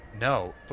No